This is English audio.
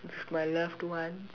with my loved one